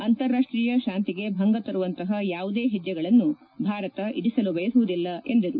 ಅಂತಾರಾಷ್ಟೀಯ ಶಾಂತಿಗೆ ಭಂಗ ತರುವಂತಪ ಯಾವುದೇ ಹೆಚ್ಚೆಗಳನ್ನು ಭಾರತ ಇರಿಸಲು ಬಯಸುವುದಿಲ್ಲ ಎಂದರು